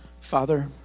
Father